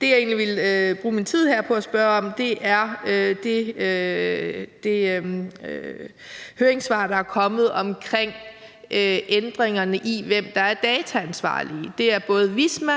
Det, jeg egentlig vil bruge min tid her til at spørge om, er det høringssvar, der er kommet, omkring ændringerne i, hvem der er dataansvarlig. Det er både Visma